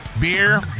beer